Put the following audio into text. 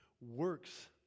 works